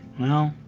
well,